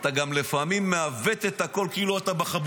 לפעמים אתה גם מעוות את הקול כאילו אתה בחבובות.